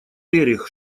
рерих